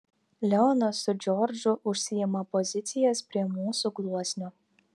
leonas su džordžu užsiima pozicijas prie mūsų gluosnio